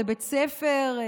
לבית ספר,